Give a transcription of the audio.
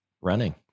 running